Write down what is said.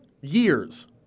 years